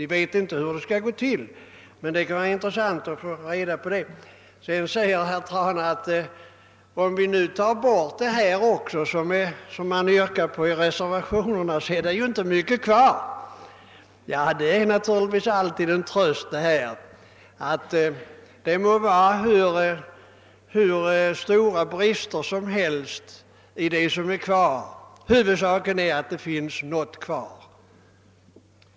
Herr Trana sade vidare att det inte är så mycket kvar av jordbruksbeslutet om man också gör de ändringar som reservanterna påyrkar. Det är naturligtvis alltid en tröst att det, oavsett hur stora bristerna än är då det gäller det som är kvar, ändock finns något kvar.